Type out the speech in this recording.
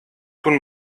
tun